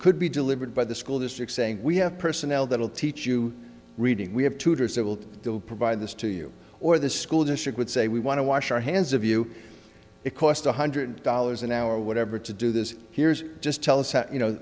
could be delivered by the school district saying we have personnel that will teach you reading we have tutors that will provide this to you or the school district would say we want to wash our hands of you it cost one hundred dollars an hour or whatever to do this here's just tell us you know